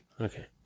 Okay